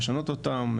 לשנות אותם,